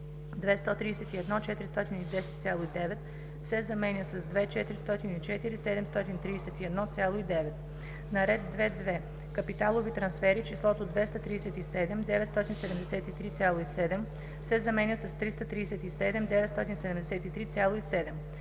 131 410,9“ се заменя с „2 404 731,9“; - на ред 2.2. Капиталови трансфери числото „237 973,7“ се заменя с „337 973,7“;